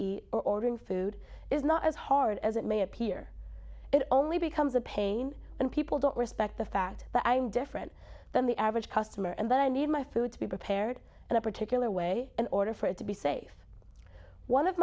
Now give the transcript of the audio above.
be ordering food is not as hard as it may appear it only becomes a pain and people don't respect the fact that i'm different than the average customer and that i need my food to be prepared in a particular way in order for it to be safe one of